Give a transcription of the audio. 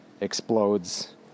explodes